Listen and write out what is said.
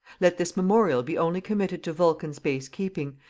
let this memorial be only committed to vulcan's base keeping,